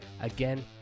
again